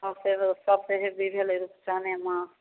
सबसँ सबसँ जे रुपसाने माछ